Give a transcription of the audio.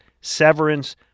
Severance